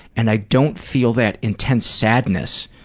and i don't feel that intense sadness